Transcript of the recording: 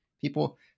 people